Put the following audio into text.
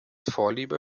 vorliebe